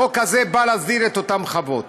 החוק הזה בא להסדיר את אותן חוות.